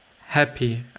happy